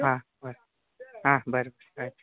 ಹಾಂ ಬನ್ರಿ ಹಾಂ ಬನ್ರಿ ಆಯ್ತು